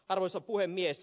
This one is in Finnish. arvoisa puhemies